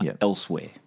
elsewhere